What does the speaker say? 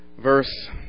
Verse